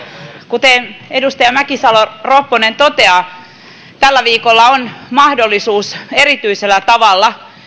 kuten edustaja mäkisalo ropponen totesi tällä viikolla on mahdollisuus erityisellä tavalla